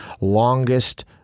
longest